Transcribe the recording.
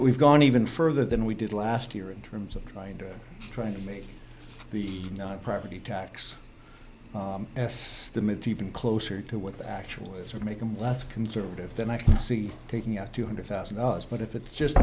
we've gone even further than we did last year in terms of trying to trying to make the property tax estimates even closer to what the actual sort make them less conservative than i can see taking out two hundred thousand dollars but if it's just